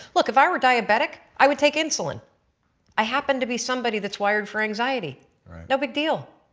look if i were diabetic i would take insulin i happen to be somebody that's wired for anxiety no big deal.